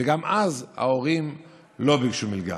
וגם אז ההורים לא ביקשו מלגה.